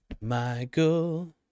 Michael